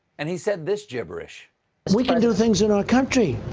and he said this gibberish we can do things in our country!